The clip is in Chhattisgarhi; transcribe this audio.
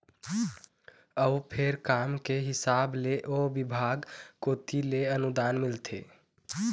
अउ फेर काम के हिसाब ले ओ बिभाग कोती ले अनुदान मिलथे